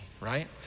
right